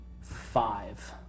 Five